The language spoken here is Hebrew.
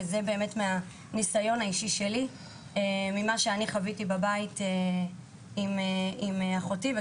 ואני אומרת זאת מניסיוני ומהחוויה שלי בבית עם מה שקרה עם אחותי.